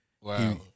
Wow